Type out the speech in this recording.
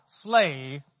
slave